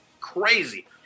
crazy